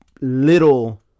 little